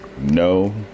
No